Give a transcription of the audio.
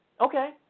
Okay